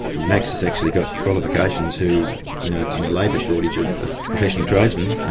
max has actually got qualifications who you know in a labour shortage of of professional tradesmen,